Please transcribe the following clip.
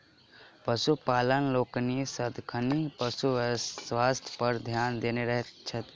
पशुपालक लोकनि सदिखन पशु स्वास्थ्य पर ध्यान देने रहैत छथि